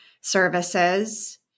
services